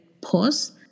pause